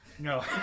No